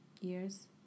years